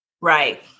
Right